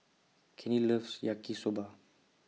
Candy loves Yaki Soba